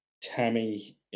Tammy